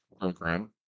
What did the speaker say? program